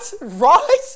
Right